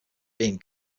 being